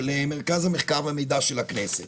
של מרכז המחקר והמידע של הכנסת,